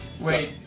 Wait